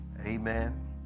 Amen